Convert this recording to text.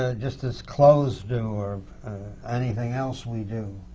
ah just as clothes do, or anything else we do.